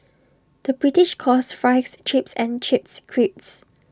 the British calls Fries Chips and Chips Crisps